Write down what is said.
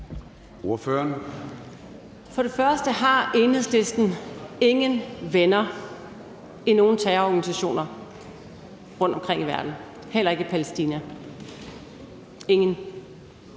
og fremmest har Enhedslisten ingen venner i nogen terrororganisationer rundtomkring i verden, heller ikke i Palæstina – ingen.